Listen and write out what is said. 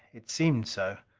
it seemed so.